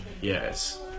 Yes